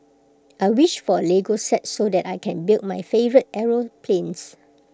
I wished for A Lego set so that I can build my favourite aeroplanes